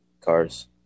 cars